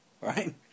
Right